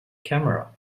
camera